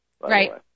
Right